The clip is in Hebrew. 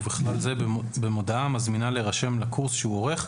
ובכלל זה במודעה המזמינה להירשם לקורס שהוא עורך,